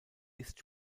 ist